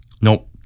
nope